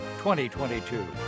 2022